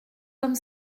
comme